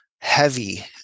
heavy